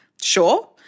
sure